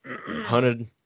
hunted